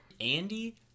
Andy